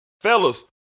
Fellas